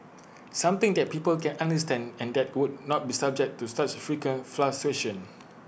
something that people can understand and that would not be subject to such frequent fluctuations